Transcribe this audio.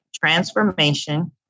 transformation